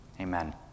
Amen